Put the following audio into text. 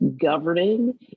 governing